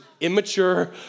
immature